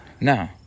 No